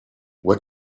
what